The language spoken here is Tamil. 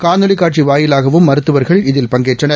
காணொலிகாட்சிவாயிலாகவும் மருத்துவர்கள் இதில் பங்கேற்றனர்